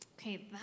Okay